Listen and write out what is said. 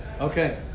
Okay